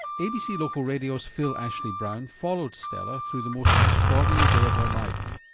abc local radio's phil ashley-brown followed stella through the most extraordinary day of her life.